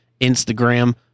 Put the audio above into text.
Instagram